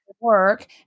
Work